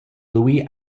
louis